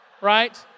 right